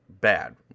bad